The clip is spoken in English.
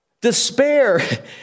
Despair